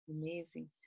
amazing